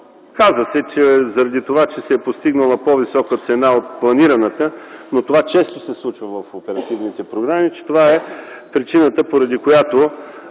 каза се, че заради това, че се е постигнала по-висока цена от планираната, но това често се случва в оперативните програми, че това е причината поради която